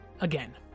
again